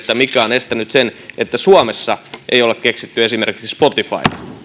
mikä on estänyt sen että suomessa ei ole keksitty esimerkiksi spotifyta